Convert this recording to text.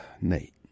Nate